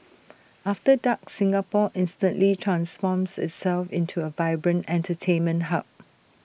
after dark Singapore instantly transforms itself into A vibrant entertainment hub